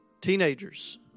Teenagers